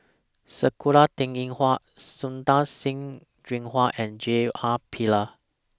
Sakura Teng Ying Hua Santokh Singh Grewal and J R Pillay